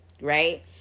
Right